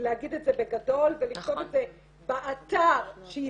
להגיד בגדול ולכתוב את זה באתר שהיא